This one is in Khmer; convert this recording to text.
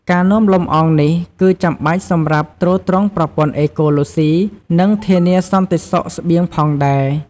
ការនាំលម្អងនេះគឺចាំបាច់សម្រាប់ទ្រទ្រង់ប្រព័ន្ធអេកូឡូស៊ី និងធានាសន្តិសុខស្បៀងផងដែរ។